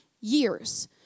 years